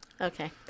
Okay